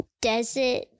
desert